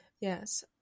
yes